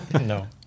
No